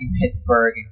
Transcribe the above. Pittsburgh